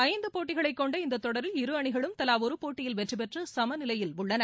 ஐந்து போட்டிகளைக் கொண்ட இந்த தொடரில் இரு அணிகளும் தலா ஒரு போட்டியில் வெற்றி பெற்று சம நிலையில் உள்ளன